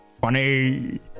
Funny